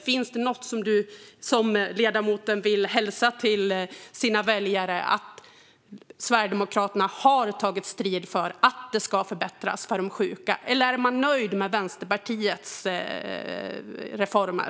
Finns det något som ledamoten vill hälsa till sina väljare - har Sverigedemokraterna tagit strid för att det ska bli bättre för de sjuka? Eller är man nöjd med Vänsterpartiets reformer?